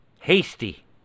Hasty